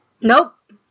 Nope